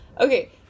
okay